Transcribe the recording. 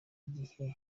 igihe